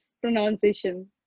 pronunciation